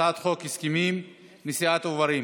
הצעת חוק הסכמים לנשיאת עוברים,